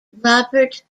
robert